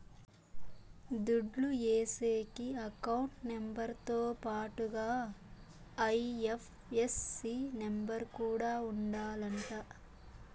దుడ్లు ఏసేకి account number తో పాటుగా ఐ.ఎఫ్.ఎస్.సి నెంబర్ కూడా ఉండాలంట